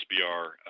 SBR